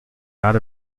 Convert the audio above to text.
not